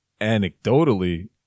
anecdotally